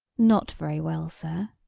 not very well, sir,